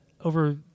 over